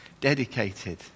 dedicated